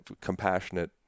compassionate